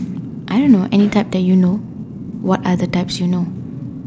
I don't know any type that you know what are the types you know